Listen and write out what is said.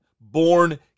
Born